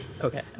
Okay